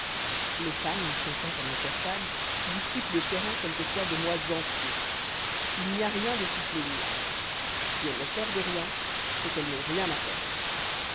les femmes n'y font point comme nos persanes qui disputent le terrain quelquefois des mois entiers il n'y a rien de si plénier si elles ne perdent rien c'est qu'elles n'ont rien à perdre